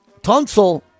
Tunsil